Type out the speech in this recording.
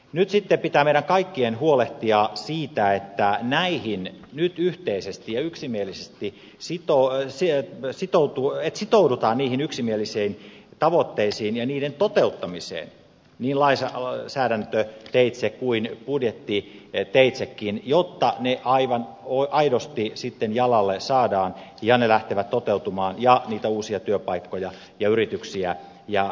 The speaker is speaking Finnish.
nyt sitten pitää meidän kaikkien huolehtia siitä että nyt yhteisesti ja yksimielisesti sitoudutaan niihin yksimielisiin tavoitteisiin ja niiden toteuttamiseen niin lainsäädäntöteitse kuin budjettiteitsekin jotta ne aivan aidosti sitten jalalle saadaan ja ne lähtevät toteutumaan ja niitä uusia työpaikkoja ja yrityksiä ja vientimahdollisuuksia syntyy